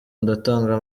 ndatanga